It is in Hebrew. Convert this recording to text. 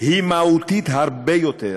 היא מהותית הרבה יותר,